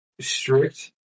strict